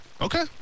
Okay